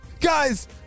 Guys